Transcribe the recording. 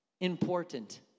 important